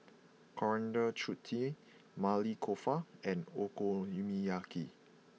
Coriander Chutney Maili Kofta and Okonomiyaki